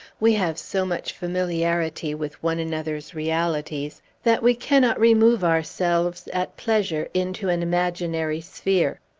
we have so much familiarity with one another's realities, that we cannot remove ourselves, at pleasure, into an imaginary sphere.